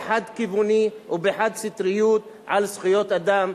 בחד-כיווניות או בחד-סטריות על זכויות אדם,